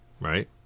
right